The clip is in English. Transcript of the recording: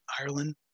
Ireland